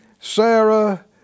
Sarah